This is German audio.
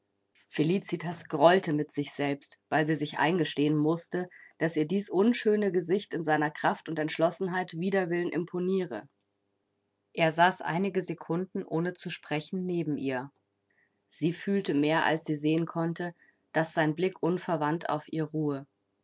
felicitas grollte mit sich selbst weil sie sich eingestehen mußte daß ihr dies unschöne gesicht in seiner kraft und entschlossenheit wider willen imponiere er saß einige sekunden ohne zu sprechen neben ihr sie fühlte mehr als sie sehen konnte daß sein blick unverwandt auf ihr ruhe